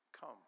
come